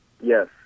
Yes